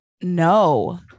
no